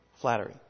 flattery